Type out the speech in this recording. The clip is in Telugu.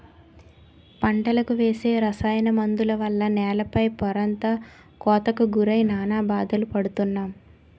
పంటలకు వేసే రసాయన మందుల వల్ల నేల పై పొరంతా కోతకు గురై నానా బాధలు పడుతున్నాం